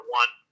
one